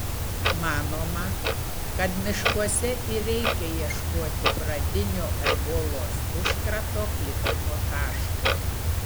manoma kad miškuose ir reikia ieškoti pradinio ebolos užkrato plitimo taško